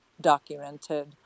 documented